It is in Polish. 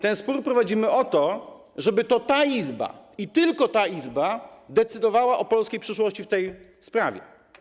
Ten spór prowadzimy o to, żeby to ta Izba i tylko ta Izba decydowała o polskiej przyszłości w tej sprawie.